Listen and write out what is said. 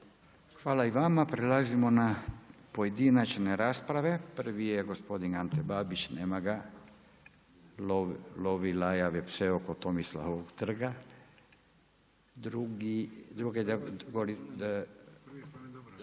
Hvala i vama. Prelazimo na pojedinačne rasprave, prvi je gospodin Ante Babić. Nema ga, lovi lajave pse oko Tomislavovog trga. Prvi Slaven Dobrović,